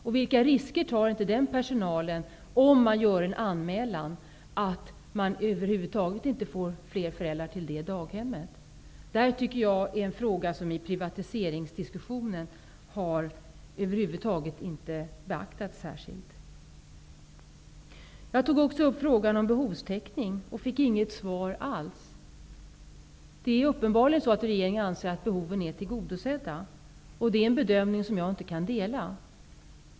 Och vilka risker tar inte den personalen om den gör en anmälan. Man kanske inte får några fler föräldrar att lämna sina barn på detta daghem. Jag tycker att detta är en fråga som över huvud taget inte särskilt har beaktats i privatiseringsdiskussionen. Jag tog också upp frågan om behovstäckning, men jag fick inget svar alls. Regeringen anser uppenbarligen att behoven är tillgodosedda. Det är en bedömning som jag inte kan dela.